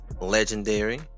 Legendary